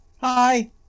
Hi